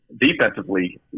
Defensively